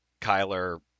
kyler